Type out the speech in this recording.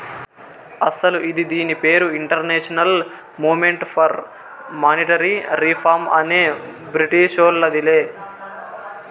అస్సలు ఇది దీని పేరు international movement for monetary reform అనే బ్రిటీషోల్లదిలే